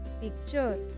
picture